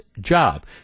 job